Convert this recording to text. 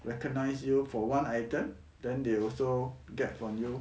recognise you for one item then they also get from you